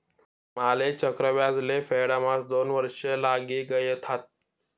माले चक्रव्याज ले फेडाम्हास दोन वर्ष लागी गयथात